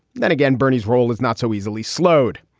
then again, bernie's role is not so easily slowed.